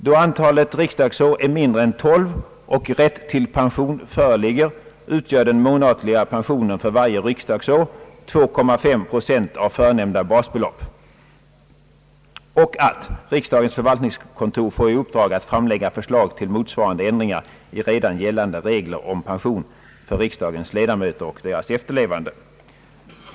Då antalet riksdagsår är mindre än tolv och rätt till pension föreligger, utgör den månatliga pensionen för varje riksdagsår 2,5 procent av förenämnda basbelopp.» och att riksdagens förvaltningskontor får i uppdrag att framlägga förslag till motsvarande ändringar i redan gällande regler om pension för riksdagens ledamöter och deras efterlevande.